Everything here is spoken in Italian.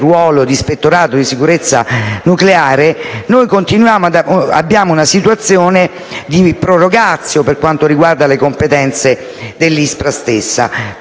ruolo di ispettorato alla sicurezza nucleare, abbiamo una situazione di *prorogatio* per quanto riguarda le competenze dell'Istituto